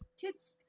kids